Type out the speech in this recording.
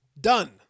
Done